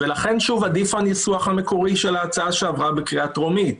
ולכן עדיף הניסוח המקורי של ההצעה שעברה בקריאה הטרומית,